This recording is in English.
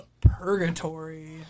purgatory